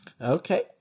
Okay